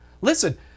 Listen